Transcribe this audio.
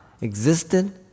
existed